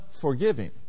forgiving